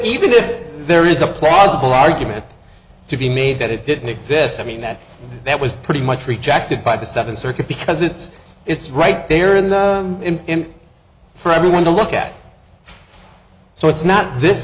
even if there is a plausible argument to be made that it didn't exist i mean that that was pretty much rejected by the seventh circuit because it's it's right there in the end for everyone to look at so it's not this